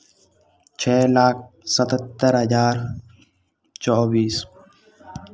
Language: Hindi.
छः लाख सतहत्तर हज़ार चौबीस